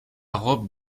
robe